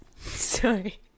Sorry